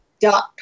dot